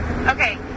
Okay